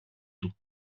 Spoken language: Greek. του